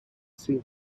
seem